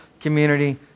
community